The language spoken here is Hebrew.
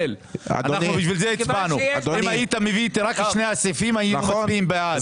--- אם היית מביא רק את שני הסעיפים היינו מצביעים בעד.